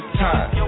time